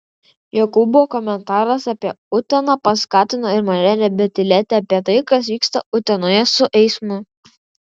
jokūbo komentaras apie uteną paskatino ir mane nebetylėti apie tai kas vyksta utenoje su eismu